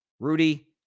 Rudy